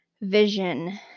vision